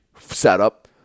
setup